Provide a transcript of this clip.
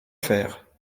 faire